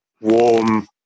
warm